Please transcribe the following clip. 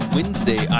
Wednesday